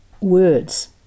words